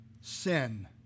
Sin